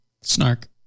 snark